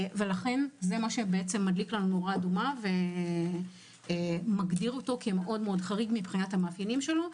לכן זה מה שמדליק לנו נורה אדומה ומגדיר אותו מאוד חריג במאפיינים שלו.